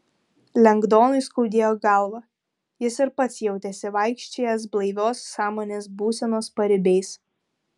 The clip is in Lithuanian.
lengdonui skaudėjo galvą jis ir pats jautėsi vaikščiojąs blaivios sąmonės būsenos paribiais